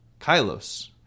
kylos